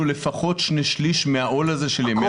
לפחות שני שליש מהעול הזה של ימי הבידוד.